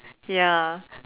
ya